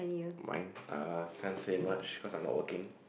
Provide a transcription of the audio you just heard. why uh can't say much cause I am not working